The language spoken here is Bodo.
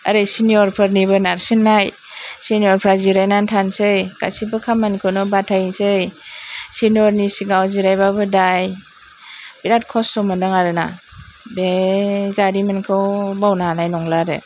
ओरै चिनियर फोरनिबो नारसिन्नाय चिनियरफोरा जिरायनानै थासै गासिबो खामानिखौनो बाथायसै चिनियरनि सिगाङाव जिरायबाबो दाय बिराथ खस्थ' मोनदों आरोना बे जारिमिनखौ बावनो हानाय नंला आरो